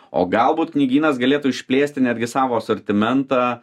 o galbūt knygynas galėtų išplėsti netgi savo asortimentą